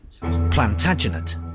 Plantagenet